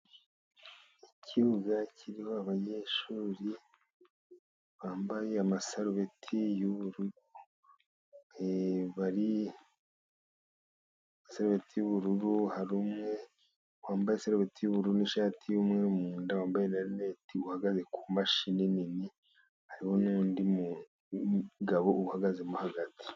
Ikibuga kiriho abanyeshuri bambaye amasarubeti y'ubururu. Amasarubeti y'ubururu, hari umwe wambaye isarubeti y'ubururu n'ishati y'umweru, mu nda wambaye na lineti, uhagaze ku mashini nini. Hariho n'undi mugabo uhagaze hagati.